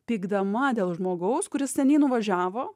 pykdama dėl žmogaus kuris seniai nuvažiavo